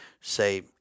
say